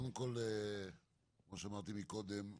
כמו שאמרתי קודם,